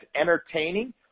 entertaining